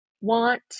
want